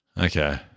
Okay